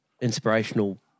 inspirational